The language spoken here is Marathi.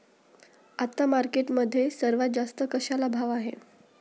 आता मार्केटमध्ये सर्वात जास्त कशाला भाव आहे?